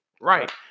right